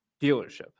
dealership